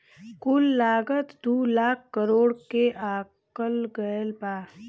कुल लागत दू लाख करोड़ के आकल गएल बा